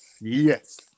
yes